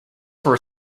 for